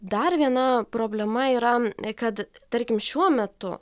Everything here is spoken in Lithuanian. dar viena problema yra kad tarkim šiuo metu